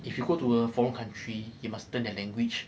if you go to a foreign country you must learn their language